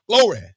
Glory